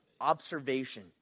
Observation